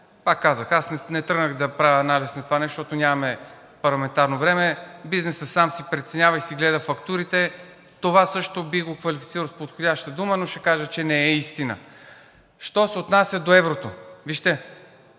пак казвам: не тръгнах да правя анализ на това, защото нямаме парламентарно време. Бизнесът сам си преценява и си гледа фактурите. Това също бих го квалифицирал с подходяща дума, но ще кажа, че не е истина. Що се отнася до еврото. Вижте,